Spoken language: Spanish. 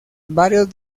varios